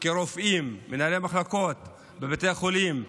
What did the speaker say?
כרופאים, מנהלי מחלקות בבתי חולים,